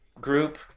group